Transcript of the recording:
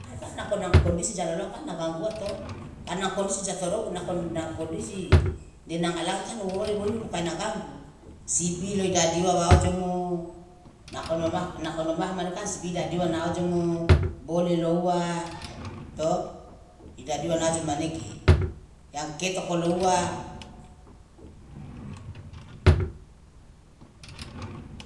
nako nanga kondisi ja loloa kan na ganggu uwa to kan na kondisi ja torou nako nako nakondisi de nanga lang kan woyo inomo ka ina ganggu sibi lo idadi uwa wa ojomo nako no mah mane kan sibi idadi uwa na ojomo bole lo uwa to idadi uwa na ojomo manege yang ketoko lo uwa.